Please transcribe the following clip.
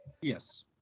yes